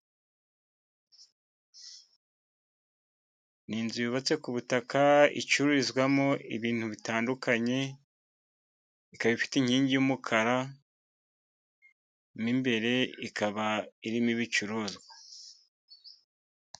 Ni inzu yubatse ku butaka icururizwamo ibintu bitandukanye. Ikaba ifite inkingi y'umukara mo imbere ikaba irimo ibicuruzwa.